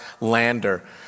lander